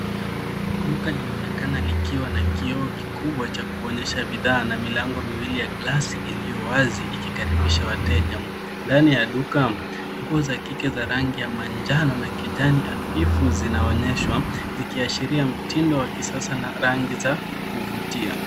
Duka linaonekana likiwa na kioo kikubwa cha kuonyesha bidhaa na milango miwili ya glasi iliyo wazi ikikaribisha wateja. Ndani ya duka nguo za kike za rangi ya manjano na kijani hafifu zinaonyeshwa zikiashiria mtindo wa kisasa na rangi za kuvutia.